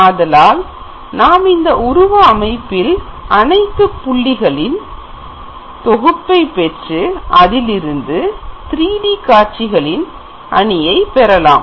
ஆதலால் நாம் இந்த உருவ அமைப்பில் அனைத்துப் புள்ளிகளின் தொகுப்பை பெற்று அதிலிருந்து 3D காட்சிகளின அணியை பெறலாம்